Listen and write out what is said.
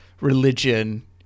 religion